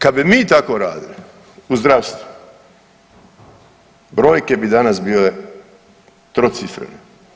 Kad bi mi tako radili u zdravstvu brojke bi danas bile trocifrene.